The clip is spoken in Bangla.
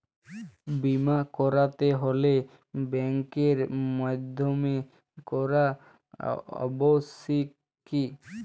বিমা করাতে হলে ব্যাঙ্কের মাধ্যমে করা আবশ্যিক কি?